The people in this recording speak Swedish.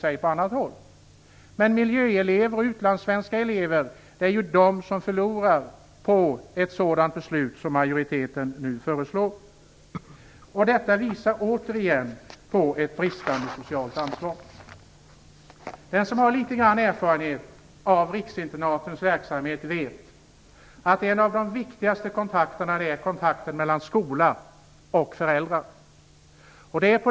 Men det är miljöeleverna och de utlandssvenska eleverna som förlorar på det beslut som majoriteten nu föreslår. Detta visar återigen på ett bristande socialt ansvar. Den som har litet erfarenhet av riksinternatens verksamhet vet att en av de viktigaste kontakterna är den mellan skola och föräldrar.